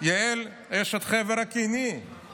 יעל אשת חבר הקיני, כמובן.